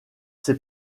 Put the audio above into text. ses